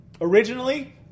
Originally